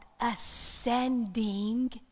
ascending